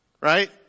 right